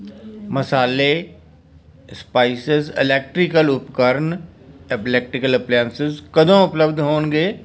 ਮਸਾਲੇ spices electrical ਉਪਕਰਨ electrical appliances ਕਦੋਂ ਉਪਲੱਬਧ ਹੋਣਗੇ